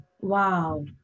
Wow